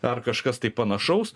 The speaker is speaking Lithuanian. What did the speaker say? ar kažkas tai panašaus